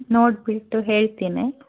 ನೋಡಿಬಿಟ್ಟು ಹೇಳ್ತೀನಿ